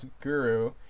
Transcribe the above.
guru